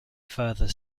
further